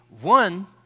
one